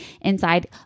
inside